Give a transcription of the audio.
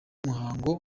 muhango